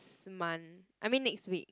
month I mean next week